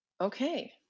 Okay